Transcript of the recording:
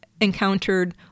encountered